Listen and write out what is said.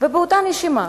ובאותה נשימה,